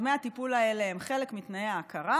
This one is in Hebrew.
דמי הטיפול האלה הם חלק מתנאי ההכרה,